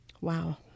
Wow